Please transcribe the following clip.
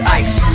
ice